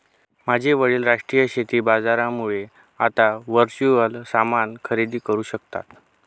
माझे वडील राष्ट्रीय शेती बाजारामुळे आता वर्च्युअल सामान खरेदी करू शकता